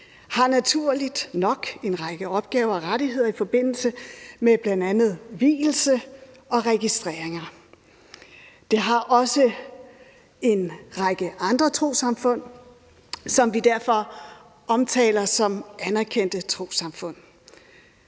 har naturligt nok en række opgaver og rettigheder i forbindelse med bl.a. vielse og registreringer. Det har også en række andre trossamfund, som vi derfor omtaler som anerkendte trossamfund.